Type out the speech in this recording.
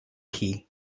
key